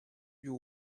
you